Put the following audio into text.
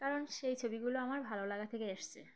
কারণ সেই ছবিগুলো আমার ভালোলাগা থেকে এসেছে